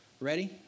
Ready